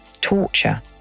torture